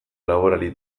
laborari